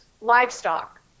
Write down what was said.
livestock